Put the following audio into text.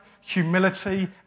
humility